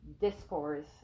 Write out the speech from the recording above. discourse